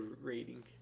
rating